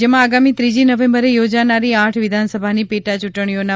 રાજ્યમાં આગામી ત્રીજી નવેમ્બરે યોજાનારી આઠ વિધાનસભાની પેટાચૂંટણીઓના